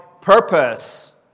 purpose